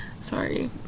sorry